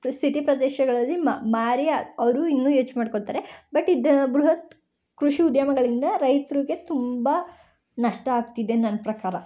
city ಪ್ರದೇಶಗಳಲ್ಲಿ ಮಾರಿ ಅವರು ಇನ್ನೂ ಹೆಚ್ ಮಾಡ್ಕೋಳ್ತಾರೆ ಬಟ್ ಇದು ಬೃಹತ್ ಕೃಷಿ ಉದ್ಯಮಗಳಿಂದ ರೈತ್ರಿಗೆ ತುಂಬ ನಷ್ಟ ಆಗ್ತಿದೆ ನನ್ನ ಪ್ರಕಾರ